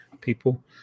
people